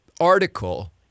article